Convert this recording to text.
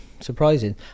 Surprising